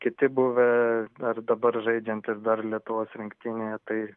kiti buvę ar dabar žaidžiantys dar lietuvos rinktinėje tai